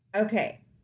Okay